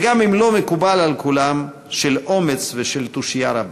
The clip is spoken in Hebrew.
וגם אם לא מקובל על כולם, של אומץ ושל תושייה רבה.